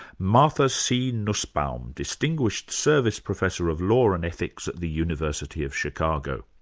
martha c. nussbaum, distinguished service professor of law and ethics at the university of chicago.